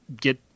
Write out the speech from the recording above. get